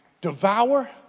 devour